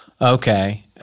Okay